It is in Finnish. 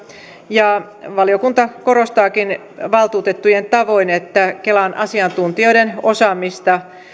ja valiokunta korostaakin valtuutettujen tavoin että kelan asiantuntijoiden osaamista